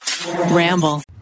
Ramble